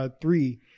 three